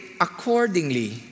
accordingly